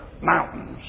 mountains